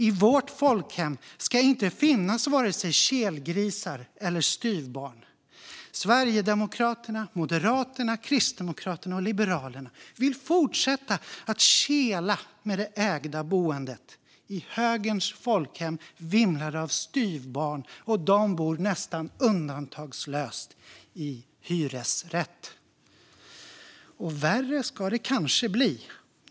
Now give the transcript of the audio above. I vårt folkhem ska det inte finnas vare sig kelgrisar eller styvbarn. Sverigedemokraterna, Moderaterna, Kristdemokraterna och Liberalerna vill fortsätta att kela med det ägda boendet. I högerns folkhem vimlar det av styvbarn, och de bor nästan undantagslöst i hyresrätt. Och värre ska det kanske bli!